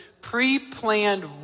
pre-planned